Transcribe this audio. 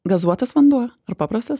gazuotas vanduo ar paprastas